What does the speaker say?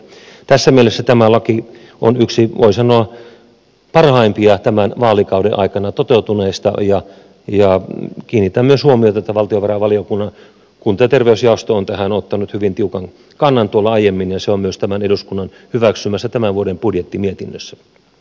tässä mielessä tämä laki on yksi voi sanoa parhaimpia tämän vaalikauden aikana toteutuneista ja kiinnitän huomiota myös siihen että valtiovarainvaliokunnan kunta ja terveysjaosto on tähän ottanut hyvin tiukan kannan tuolla aiemmin ja se on myös tämän eduskunnan hyväksymässä tämän vuoden budjettimietinnössä